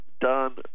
done